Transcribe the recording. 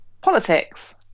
Politics